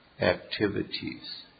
activities